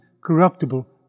corruptible